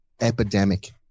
epidemic